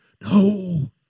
No